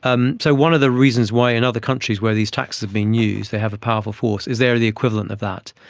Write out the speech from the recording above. um so one of the reasons why in other countries where these taxes have been used, they have a powerful force is they are the equivalent of that,